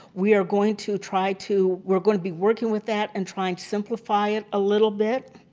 we're going to try to, we're going to be working with that and try and to simplify it a little bit.